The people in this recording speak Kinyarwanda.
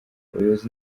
abayobozi